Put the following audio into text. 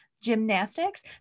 gymnastics